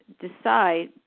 decide